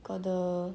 got the